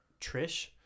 Trish